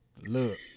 Look